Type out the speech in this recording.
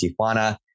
Tijuana